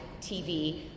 TV